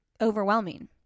overwhelming